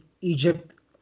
Egypt